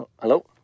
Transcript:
hello